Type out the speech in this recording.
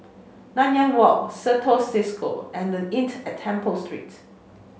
Nanyang Walk Certis Cisco and The Inn at Temple Street